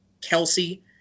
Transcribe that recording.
kelsey